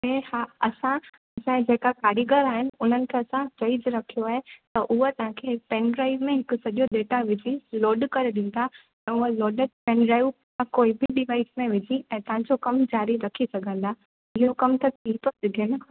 ऐं हा असां असांजे जेका कारीगर आहिनि उन्हनि खे असां चई रखियो आहे त उहे तव्हांखे पेनड्राइव में हिकु सॼो डेटा विझी लोड करे ॾींदा ऐं उहा लोडेड पेनड्राइव तव्हां कोई बि डिवाइस में विझी ऐं तव्हांजो कमु जारी रखी सघंदा इहो कमु त थी थो सघे न